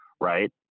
right